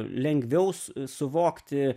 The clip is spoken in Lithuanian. lengviau su suvokti